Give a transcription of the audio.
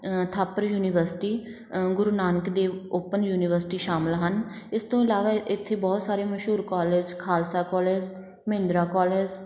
Thapar university Guru Nanak Dev open university ਸ਼ਾਮਿਲ ਹਨ ਇਸ ਤੋਂ ਇਲਾਵਾ ਇਥੇ ਬਹੁਤ ਸਾਰੇ ਮਸ਼ਹੂਰ college Khalsa college Mahindra college